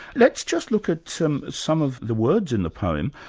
let's just look at some some of the words in the poem.